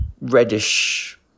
reddish